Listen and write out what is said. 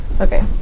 Okay